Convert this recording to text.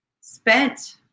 spent